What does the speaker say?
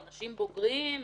אנשים בוגרים,